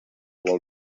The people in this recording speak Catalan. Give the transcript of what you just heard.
vol